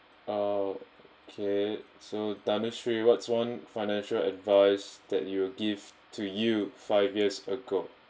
uh okay so danastri what's one financial advice that you will give to you five years ago